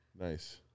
nice